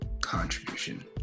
contribution